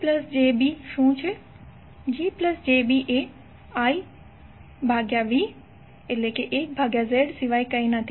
GjB એ 1ZIVસિવાય કંઈ નથી અને Z એ R jX સિવાય કંઈ નથી